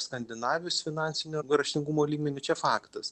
skandinavijos finansinio raštingumo lygmeniu čia faktas